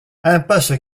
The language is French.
impasse